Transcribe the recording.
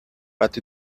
but